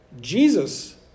Jesus